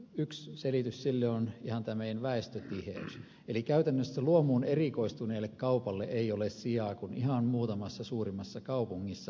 yksi selitys sille on ihan tämä meidän väestötiheytemme eli käytännössä luomuun erikoistuneelle kaupalle ei ole sijaa kuin ihan muutamassa suurimmassa kaupungissa